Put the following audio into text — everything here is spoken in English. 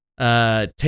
Take